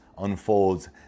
unfolds